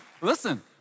Listen